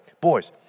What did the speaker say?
boys